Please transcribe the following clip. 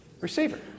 receiver